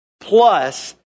plus